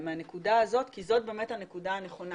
מהנקודה הזאת כי זאת הנקודה הנכונה.